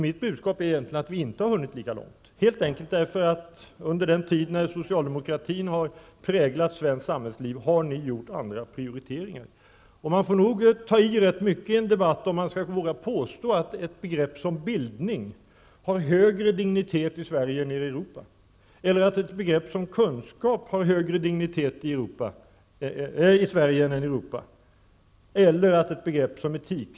Mitt budskap är egentligen att vi inte har hunnit lika långt, helt enkelt därför att under den tid då socialdemokratin präglade svenskt samhällsliv gjorde ni andra prioriteringar. Man tar nog i rätt mycket i en debatt om man vågar påstå att begrepp som bildning har högre dignitet i Sverige än i Europa eller att begrepp som kunskap eller etik har högre dignitet i Sverige än i det övriga Europa.